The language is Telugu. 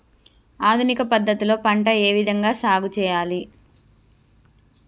ఆధునిక పద్ధతి లో పంట ఏ విధంగా సాగు చేయాలి?